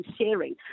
sharing